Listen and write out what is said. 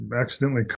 accidentally